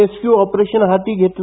rescue operation हाती घेतलं